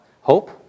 hope